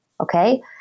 okay